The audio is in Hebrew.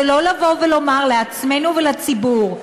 שלא לבוא ולומר לעצמנו ולציבור: